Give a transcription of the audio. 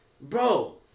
bro